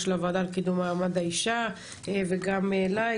לוועדה לקידום מעמד האישה וגם אלי,